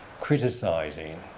criticizing